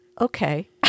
Okay